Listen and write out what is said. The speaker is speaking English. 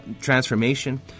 transformation